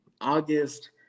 August